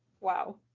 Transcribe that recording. Wow